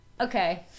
Okay